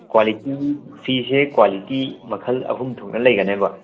quality ꯐꯤꯁꯦ quality ꯃꯈꯜ ꯑꯍꯨꯝ ꯊꯣꯛꯅ ꯂꯩꯒꯅꯦꯕ